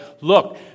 look